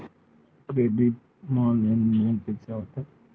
Credit मा लेन देन कइसे होथे?